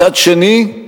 מצד שני,